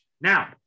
Now